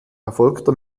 erfolgter